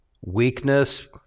weakness